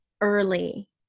early